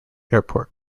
airport